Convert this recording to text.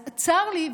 אז צר לי,